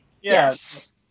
yes